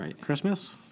Christmas